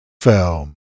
film